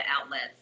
outlets